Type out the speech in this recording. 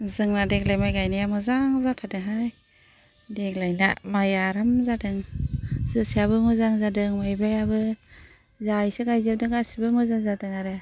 जोंना देग्लाय माइ गायनाया मोजां जाथारदोंहाय देग्लायना माइआ अराम जादों जोसायाबो मोजां जादों माइब्रायाबो जा एसे गायजोबदों गासिबो मोजां जादों आरो